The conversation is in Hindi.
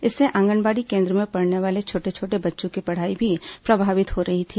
इससे आंगनबाड़ी केन्द्रों में पढ़ने वाले छोटे छोटे बच्चों की पढ़ाई भी प्रभावित हो रही थी